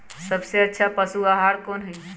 सबसे अच्छा पशु आहार कोन हई?